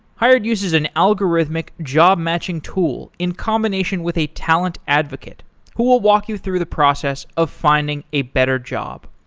hired uses an algorithmic job-matching tool in combination with a talent advocate who will walk you through the process of finding a better job.